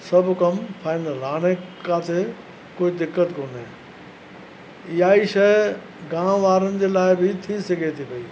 सभु कमु फाइनल हाणे किथे कोई दिक़त कोन्हे ईअं ई शइ गांव वारनि जे लाइ बि थी सघे थी पई